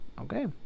okay